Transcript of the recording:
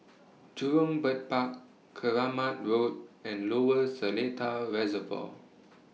Jurong Bird Park Keramat Road and Lower Seletar Reservoir